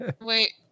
Wait